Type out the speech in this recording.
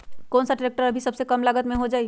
कौन सा ट्रैक्टर अभी सबसे कम लागत में हो जाइ?